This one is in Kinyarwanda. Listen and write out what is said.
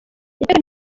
iteka